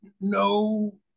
no